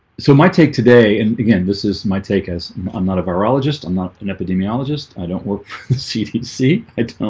so my take today and again, this is my take as i'm not a virologist, i'm not an epidemiologist. i don't work the cdc i don't